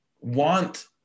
want